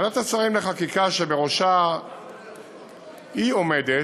ועדת השרים לחקיקה שבראשה היא עומדת,